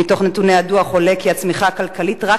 מתוך נתוני הדוח עולה כי הצמיחה הכלכלית רק